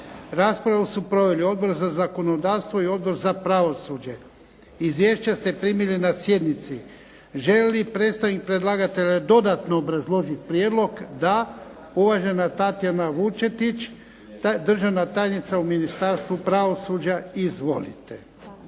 Raspravu su proveli Odbor za zakonodavstvo i Odbor za pravosuđe. Izvješća ste primili na sjednici. Želi li predstavnik predlagatelja dodatno obrazložiti prijedlog? Da. Uvažena Tatjana Vučetić, državna tajnica u Ministarstvu pravosuđa. Izvolite.